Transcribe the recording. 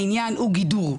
העניין הוא גידור,